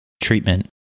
Treatment